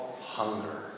hunger